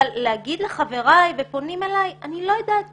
אבל להגיד לחבריי ופונים אלי אני לא יודעת מה נכון.